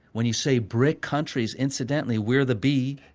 when you say bric countries, incidentally we're the b.